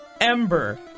Ember